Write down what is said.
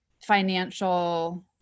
financial